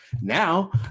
Now